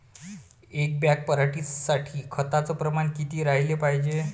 एक बॅग पराटी साठी खताचं प्रमान किती राहाले पायजे?